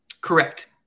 correct